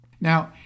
now